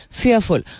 fearful